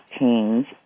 change